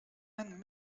and